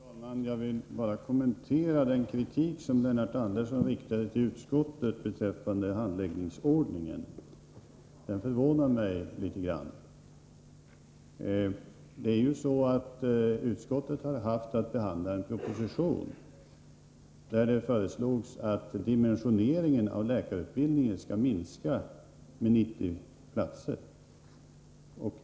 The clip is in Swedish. Fru talman! Jag vill bara kommentera den kritik som Lennart Andersson riktade mot utskottet beträffande handläggningsordningen. Kritiken förvånar mig litet grand. Utskottet har haft till uppgift att behandla en proposition, i vilken det föreslogs att dimensioneringen av läkarutbildningen skall minska med 90 platser.